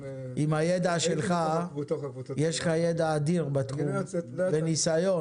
יש לך ידע אדיר בתחום וניסיון.